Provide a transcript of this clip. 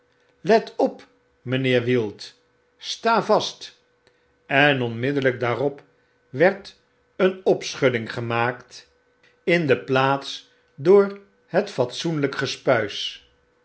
let op mynheer wield sta vast en onmiddellyk daarop werd een opschudding gemaakt in de plaats door het fatsoenlyk